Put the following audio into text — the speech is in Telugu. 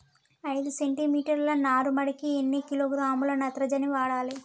ఐదు సెంటిమీటర్ల నారుమడికి ఎన్ని కిలోగ్రాముల నత్రజని వాడాలి?